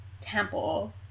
temple